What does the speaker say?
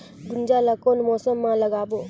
गुनजा ला कोन मौसम मा लगाबो?